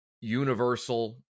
universal